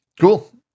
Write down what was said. cool